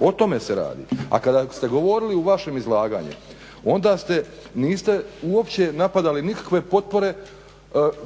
o tome se radi. A kada ste govorili u vašem izlaganju onda ste, niste uopće napadali nikakve potpore